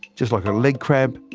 just like a leg cramp,